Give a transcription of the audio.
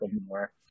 more